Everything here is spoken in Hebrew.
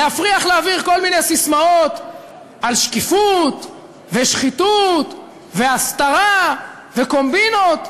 להפריח לאוויר כל מיני ססמאות על שקיפות ושחיתות והסתרה וקומבינות,